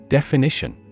Definition